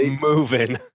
moving